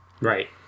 Right